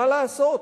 מה לעשות,